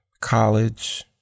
college